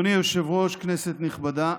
אדוני היושב-ראש, כנסת נכבדה,